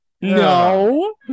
No